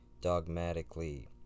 dogmatically